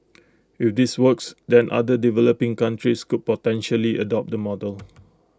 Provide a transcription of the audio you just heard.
if this works then other developing countries could potentially adopt the model